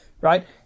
right